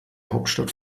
hauptstadt